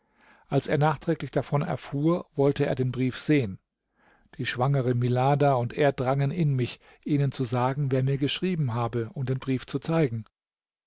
als er nachträglich davon erfuhr wollte er den brief sehen die schwangere milada und er drangen in mich ihnen zu sagen wer mir geschrieben habe und den brief zu zeigen